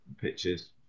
pictures